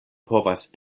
povas